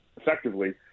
effectively